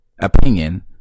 opinion